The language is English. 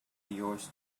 yours